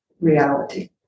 reality